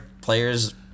players